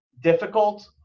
difficult